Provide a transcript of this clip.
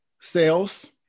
sales